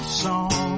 song